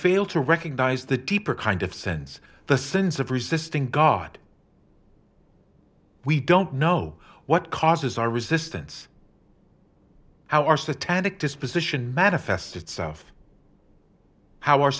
fail to recognize the deeper kind of sense the sense of resisting god we don't know what causes our resistance how our satanic disposition manifests itself how our